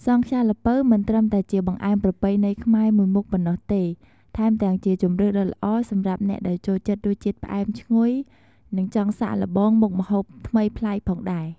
សង់ខ្យាល្ពៅមិនត្រឹមតែជាបង្អែមប្រពៃណីខ្មែរមួយមុខប៉ុណ្ណោះទេ ថែមទាំងជាជម្រើសដ៏ល្អសម្រាប់អ្នកដែលចូលចិត្តរសជាតិផ្អែមឈ្ងុយ និងចង់សាកល្បងមុខម្ហូបថ្មីប្លែកផងដែរ។